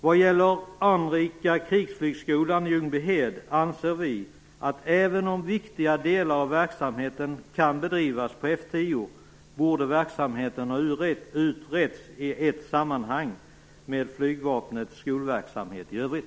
Vad gäller anrika krigsflygskolan i Ljungbyhed anser vi att även om viktiga delar av verksamheten kan bedrivas på F 10, borde verksamheten ha utretts i ett sammanhang med flygvapnets skolverksamhet i övrigt.